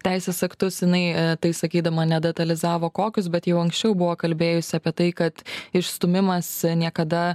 teisės aktus jinai tai sakydama nedetalizavo kokius bet jau anksčiau buvo kalbėjusi apie tai kad išstūmimas niekada